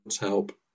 help